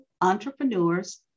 entrepreneurs